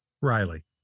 Riley